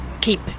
keep